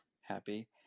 happy